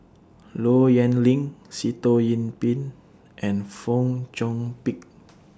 Low Yen Ling Sitoh Yih Pin and Fong Chong Pik